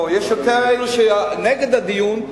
יש יותר אלו שנגד הדיון.